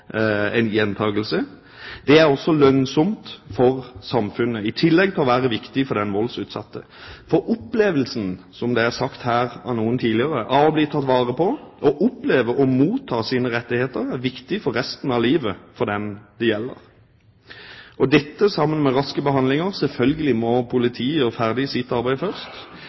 unngå gjentakelse – er også lønnsomt for samfunnet, i tillegg til å være viktig for den voldsutsatte. Som det er blitt sagt her tidligere, er opplevelsen av å bli tatt vare på og det å oppleve å motta sine rettigheter viktig for resten av livet for den det gjelder, sammen med raske behandlinger. Selvfølgelig må politiet gjøre ferdig sitt arbeid først.